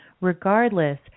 regardless